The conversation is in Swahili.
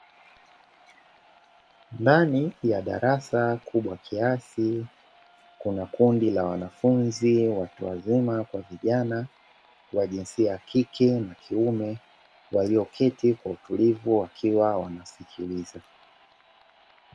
Ndani ya darasa kubwa kiasi, kuna kundi la wanafunzi watu wazima kwa vijana, wa jinsia ya kike na kiume walioketi kwa utulivu wakiwa wanasikiliza.